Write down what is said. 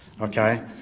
okay